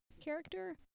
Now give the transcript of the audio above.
character